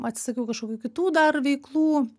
atsisakiau kažkokių kitų dar veiklų